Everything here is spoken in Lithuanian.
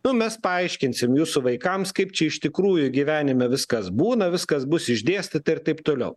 nu mes paaiškinsim jūsų vaikams kaip čia iš tikrųjų gyvenime viskas būna viskas bus išdėstyta ir taip toliau